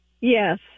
Yes